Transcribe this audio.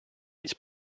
its